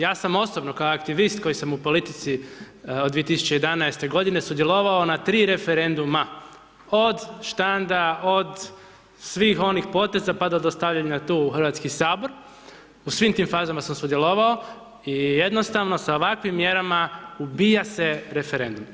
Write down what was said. Ja sam osobno kao aktivist koji sam u politici od 2011. godine sudjelovao na 3 referenduma, od štanda od svih onih poteza pa do dostavljanja tu u Hrvatski sabor, u svim tim fazama sam sudjelovao i jednostavno sa ovakvim mjerama ubija se referendum.